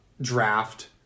draft